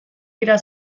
dira